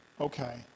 okay